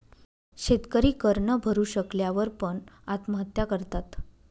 शेतकरी कर न भरू शकल्या वर पण, आत्महत्या करतात